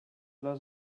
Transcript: les